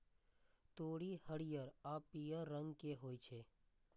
तोरी हरियर आ पीयर रंग के होइ छै